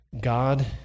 God